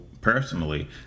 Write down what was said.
personally